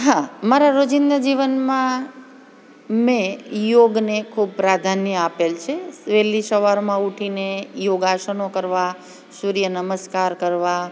હા મારા રોજિંદા જીવનમાં મેં યોગને ખૂબ પ્રાધાન્ય આપેલ છે વહેલી સવારમાં ઊઠીને યોગાસનો કરવા સુર્ય નમસ્કાર કરવા